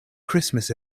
christmas